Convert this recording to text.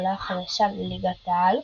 העולה החדשה לליגת העל,